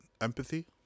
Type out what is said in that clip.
empathy